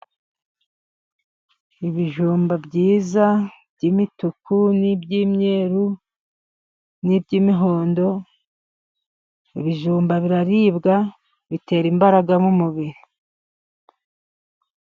Ibijumba byiza by'imituku n'iby'imyeru, n'iby'imihondo, ibijumba biraribwa, bitera imbaraga mu mubiri.